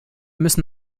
müssen